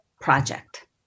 project